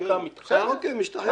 יקים משטחים.